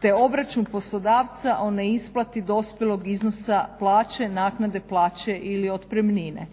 te obračun poslodavca o neisplati dospjelog iznosa plaće, naknade plaće ili otpremnine.